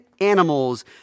animals